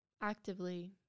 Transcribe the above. actively